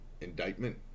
indictment